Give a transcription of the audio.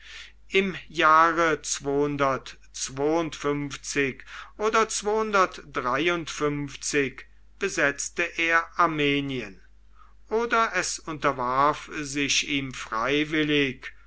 im jahre oder besetzte er armenien oder es unterwarf sich ihm freiwillig